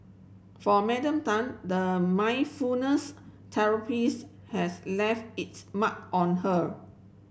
for Madam Tan the mindfulness therapies has left its mark on her